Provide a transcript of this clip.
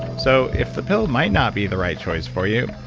so if the pill might not be the right choice for you,